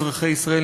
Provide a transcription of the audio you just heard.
אזרחי ישראל,